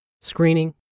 screening